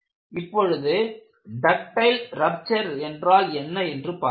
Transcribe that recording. இப்பொழுது ductile rupture என்றால் என்ன என்று பார்க்கலாம்